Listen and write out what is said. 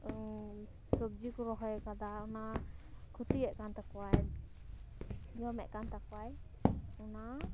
ᱥᱚᱵᱽᱡᱤ ᱠᱚ ᱨᱚᱦᱚᱭ ᱟᱠᱟᱫᱟ ᱚᱱᱟ ᱠᱷᱚᱛᱤᱭᱮᱫ ᱠᱟᱱ ᱛᱟᱠᱚᱣᱟᱭ ᱡᱚᱢᱮᱫ ᱠᱟᱱ ᱛᱟᱠᱚᱣᱟᱭ ᱚᱱᱟ